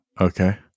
Okay